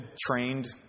trained